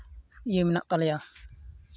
ᱤᱭᱟᱹ ᱢᱮᱱᱟᱜ ᱛᱟᱞᱮᱭᱟ